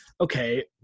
okay